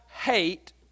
hate